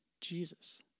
Jesus